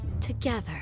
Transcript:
together